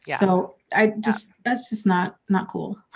yeah so, i just. that's just not. not cool.